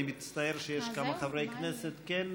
אני מצטער שיש כמה חברי כנסת, זהו?